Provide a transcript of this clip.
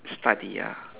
study ah